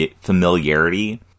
familiarity